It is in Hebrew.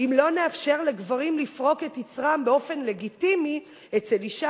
"אם לא נאפשר לגברים לפרוק את יצרם באופן לגיטימי אצל אשה,